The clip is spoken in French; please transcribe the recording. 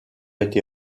été